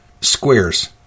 squares